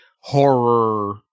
horror